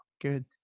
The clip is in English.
Good